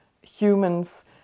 humans